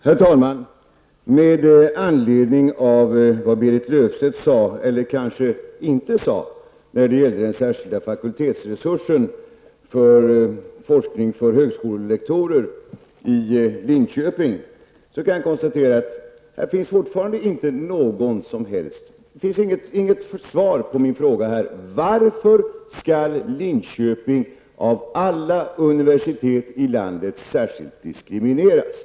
Herr talman! Med anledning av vad Berit Löfstedt sade eller kanske inte sade när det gällde den särskilda fakultetsresursen till forskning för högskolelektorer i Linköping kan jag konstatera att det finns fortfarande inget svar på min fråga: Varför skall Linköping av alla universitet i landet särskilt diskrimineras?